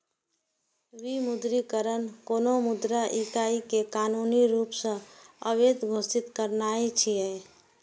विमुद्रीकरण कोनो मुद्रा इकाइ कें कानूनी रूप सं अवैध घोषित करनाय छियै